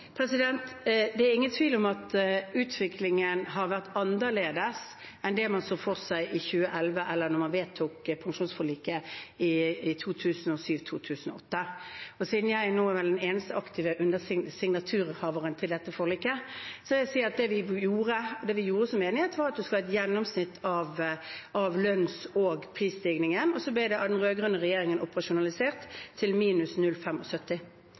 Det er ingen tvil om at utviklingen har vært annerledes enn det man så for seg i 2011, eller da man vedtok pensjonsforliket i 2007–2008. Siden jeg nå vel er den eneste aktive undersignaturhaveren til dette forliket, vil jeg si at det vi hadde som enighet, var at man skulle ha et gjennomsnitt av lønns- og prisstigningen, og så ble det av den rød-grønne regjeringen operasjonalisert til minus